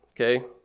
Okay